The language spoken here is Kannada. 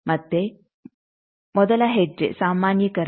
ಮತ್ತೆ ಮೊದಲ ಹೆಜ್ಜೆ ಸಾಮಾನ್ಯೀಕರಣ